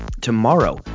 Tomorrow